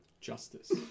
Justice